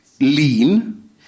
lean